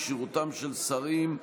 כשירותם של שרים),